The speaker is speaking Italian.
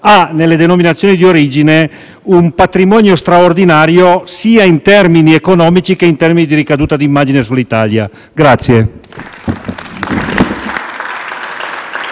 ha nelle denominazioni di origine un patrimonio straordinario sia in termini economici, che in termini di ricaduta d'immagine sull'Italia.